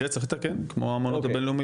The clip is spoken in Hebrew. את זה צריך לתקן, כמו האמנות הבין-לאומיות.